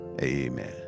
Amen